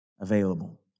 available